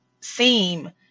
seem